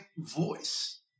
voice